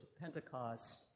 Pentecost